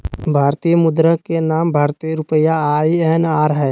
भारतीय मुद्रा के नाम भारतीय रुपया आई.एन.आर हइ